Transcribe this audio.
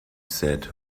said